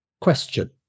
Question